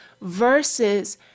versus